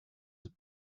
his